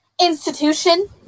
institution